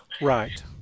Right